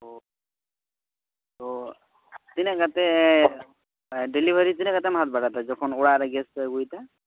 ᱳ ᱳ ᱛᱤᱱᱟᱹᱜ ᱠᱟᱛᱮ ᱰᱮᱞᱤᱵᱷᱟᱨᱤ ᱛᱤᱱᱟᱹᱜ ᱠᱟᱛᱮᱢ ᱦᱟᱛᱟᱣ ᱵᱟᱲᱟᱭᱮᱫᱟ ᱡᱚᱠᱷᱚᱱ ᱚᱲᱟᱜ ᱨᱮ ᱜᱮᱥ ᱯᱮ ᱟᱜᱩᱭᱮᱫᱟ